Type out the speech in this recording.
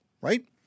right